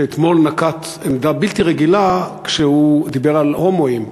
שאתמול נקט עמדה בלתי רגילה כשהוא דיבר על הומואים,